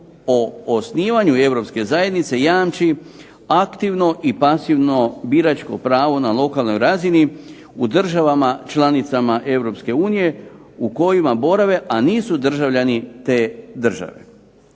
o osnivanju europske zajednice jamči aktivno i pasivno biračko pravo na lokalnoj razini u državama članicama EU u kojima borave, a nisu državljani te države.